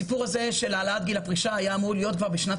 הסיפור הזה של העלאת גיל הפרישה היה אמור להיות כבר בשנת